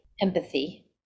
empathy